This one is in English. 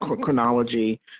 chronology